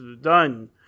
Done